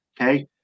Okay